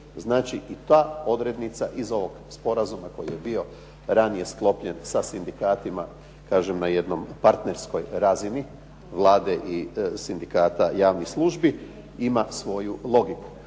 Znači i ta odrednica iz ovog sporazuma koji je bio ranije sklopljen sa sindikatima, kažem na jednoj partnerskoj razini Vlade i Sindikata javnih službi, ima svoju logiku.